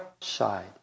side